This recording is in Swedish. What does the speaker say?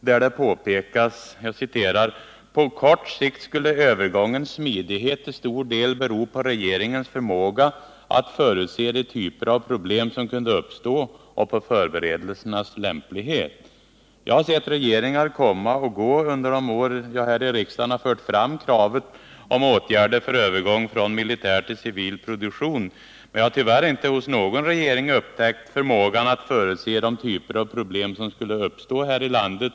Där påpekas: ”På kort sikt skulle övergångens smidighet till stor del bero på regeringens förmåga att förutse de typer av problem som kunde uppstå och på förberedelsernas lämplighet.” Jag har sett regeringar komma och gå under de år jag här i riksdagen fört fram kravet på åtgärder för övergång från militär till civil produktion. Men jag har tyvärr inte hos någon regering upptäckt förmågan att förutse de typer av problem som skulle uppstå här i landet.